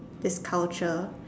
is culture